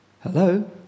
Hello